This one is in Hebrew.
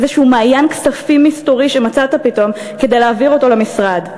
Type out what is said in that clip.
איזשהו מעיין כספים מסתורי שמצאת פתאום כדי להעביר אותו למשרד,